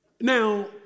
Now